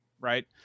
right